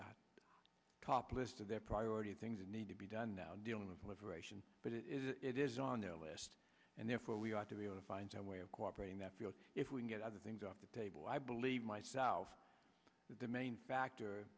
cop list of their priority things that need to be done now dealing with deliberation but it is it is on their last and therefore we ought to be able to find some way of cooperating that field if we get other things off the table i believe myself but the main factor